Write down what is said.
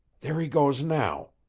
there he goes now.